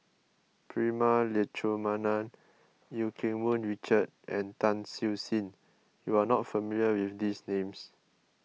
Prema Letchumanan Eu Keng Mun Richard and Tan Siew Sin you are not familiar with these names